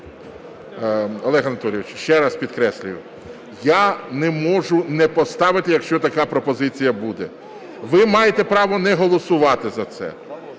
Олег Анатолійович, ще раз підкреслюю, я не можу не поставити, якщо така пропозиція буде. Ви маєте право не голосувати за це.